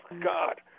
God